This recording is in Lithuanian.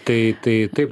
tai tai taip